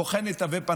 הוא בוחן את תווי פניו.